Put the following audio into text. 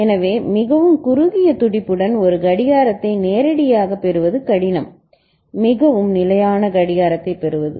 எனவே மிகவும் குறுகிய துடிப்புடன் ஒரு கடிகாரத்தை நேரடியாக பெறுவது கடினம் மிகவும் நிலையான கடிகாரத்தைப் பெறுவது